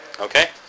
Okay